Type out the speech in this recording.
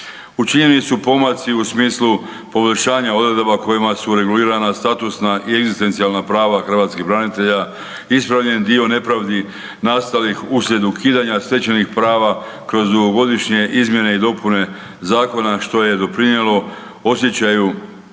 Učinjeni su pomaci u smislu poboljšanja odredaba kojima su regulirana statusna i egzistencijalna prava hrvatskih branitelja, ispravljen dio nepravdi nastalih uslijed ukidanja stečenih prava kroz dugogodišnje izmjene i dopune Zakona što je doprinijelo osjećaju